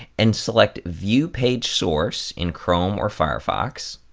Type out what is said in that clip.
and select view page source in chrome or firefox,